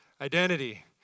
identity